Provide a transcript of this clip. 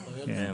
כן.